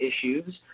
issues